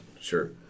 Sure